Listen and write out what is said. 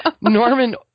Norman